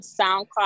SoundCloud